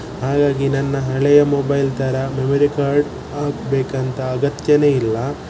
ಹಾಗಾಗಿ ನನ್ನ ಹಳೆಯ ಮೊಬೈಲ್ ಥರ ಮೆಮೊರಿ ಕಾರ್ಡ್ ಹಾಕಬೇಕಂತ ಅಗತ್ಯವೇ ಇಲ್ಲ